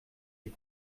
est